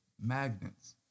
magnets